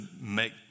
make